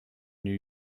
new